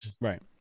Right